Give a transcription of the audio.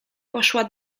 poszła